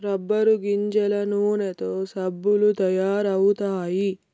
rubber గింజల నూనెతో సబ్బులు తయారు అవుతాయి